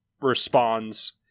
responds